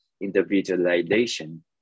individualization